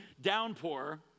downpour